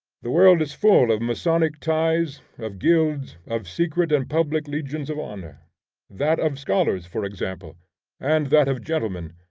the world is full of masonic ties, of guilds, of secret and public legions of honor that of scholars, for example and that of gentlemen,